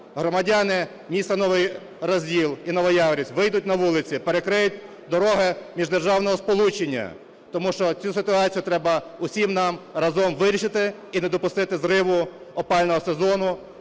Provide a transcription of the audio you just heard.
громадяни міста Новий Розділ і Новояворівськ вийдуть на вулиці, перекриють дороги міждержавного сполучення, тому що цю ситуацію треба усім нам разом вирішити і не допустити зриву опалювального сезону